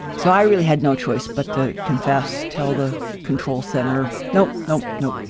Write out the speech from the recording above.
so, i really had no choice but to confess, tell the control center no, no, no,